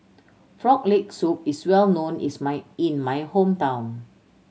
Frog Leg Soup is well known is my in my hometown